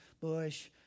bush